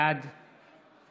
בעד